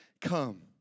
come